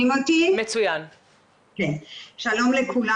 שלום לכולם.